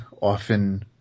often